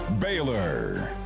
Baylor